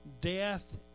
Death